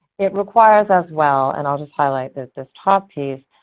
it requires as well, and i'll just highlight this top piece,